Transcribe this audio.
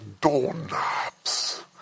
doorknobs